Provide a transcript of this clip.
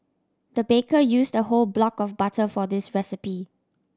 the baker used a whole block of butter for this recipe